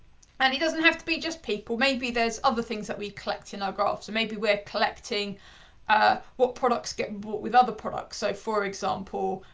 and it doesn't have to be just people, maybe there's other things that we collect in our graph. so maybe we are collecting ah what products get and bought with other products. so, for example,